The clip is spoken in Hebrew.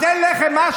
אז אין לחם, מה?